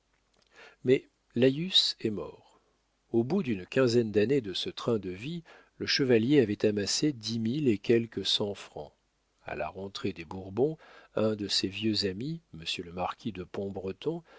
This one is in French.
mais laïus est mort au bout d'une quinzaine d'années de ce train de vie le chevalier avait amassé dix mille et quelques cents francs a la rentrée des bourbons un de ses vieux amis monsieur le marquis de